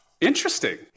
Interesting